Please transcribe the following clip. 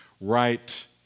right